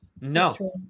No